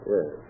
Yes